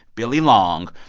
billy long,